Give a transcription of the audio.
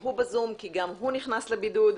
הוא בזום, כי גם הוא נכנס לבידוד,